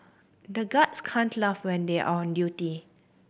the guards can't laugh when they are on duty